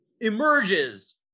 emerges